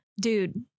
Dude